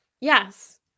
Yes